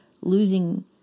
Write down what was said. losing